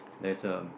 there's a